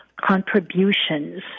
contributions